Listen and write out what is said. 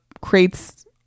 crates